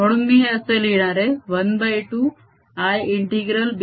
म्हणून मी हे असे लिहिणार आहे ½ I∫B